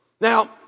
Now